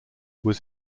was